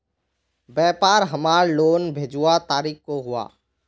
व्यापार हमार लोन भेजुआ तारीख को हुआ?